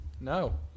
no